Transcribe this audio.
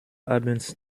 abends